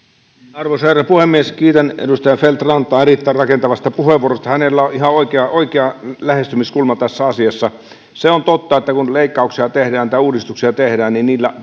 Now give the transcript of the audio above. arvoisa herra puhemies kiitän edustaja feldt rantaa erittäin rakentavasta puheenvuorosta hänellä on ihan oikea oikea lähestymiskulma tässä asiassa se on totta että kun leikkauksia tehdään tai uudistuksia tehdään